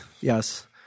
Yes